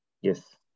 Yes